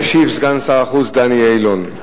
ישיב סגן שר החוץ דני אילון.